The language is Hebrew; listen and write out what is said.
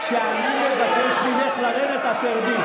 אתה הרסת.